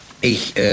Ich